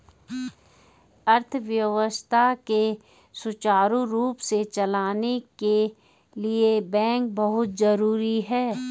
अर्थव्यवस्था के सुचारु रूप से चलने के लिए बैंक बहुत जरुरी हैं